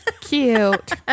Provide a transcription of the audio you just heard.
Cute